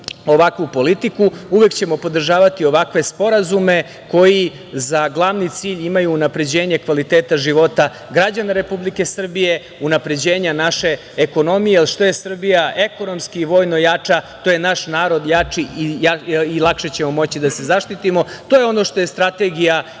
ovakvu politiku, uvek ćemo podržavati ovakve sporazume koji za glavni cilj imaju unapređenje kvaliteta života građana Republike Srbije, unapređenja naše ekonomije, jer što je Srbija ekonomski i vojno jača, to je naš narod jači i lakše ćemo moći da se zaštitimo. To je ono što je strategija i